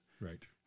Right